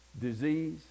disease